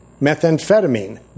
methamphetamine